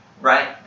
right